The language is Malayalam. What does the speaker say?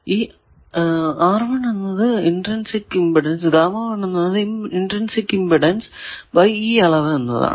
ഈ എന്നത് ഇന്ററിൻസിക് ഇമ്പിഡൻസ് ബൈ ഈ അളവ് എന്നതാണ്